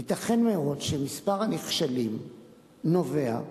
ייתכן מאוד שמספר הנכשלים נובע,